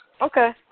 Okay